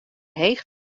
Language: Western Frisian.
heech